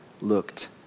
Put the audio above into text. looked